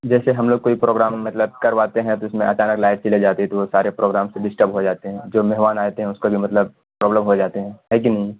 جیسے ہم لوگ کوئی پروگرام مطلب کرواتے ہیں تو اس میں اچانک لائٹ چلی جاتی ہے تو وہ سارے پروگرام ڈسٹرب ہو جاتے ہیں جو مہمان آتے ہیں اس کو بھی مطلب پرابلم ہو جاتے ہیں ہے کہ نہیں